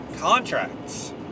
contracts